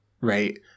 right